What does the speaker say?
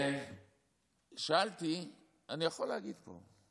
אני יכול להגיד פה.